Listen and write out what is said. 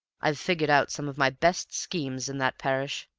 i've figured out some of my best schemes in that parish,